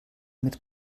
mit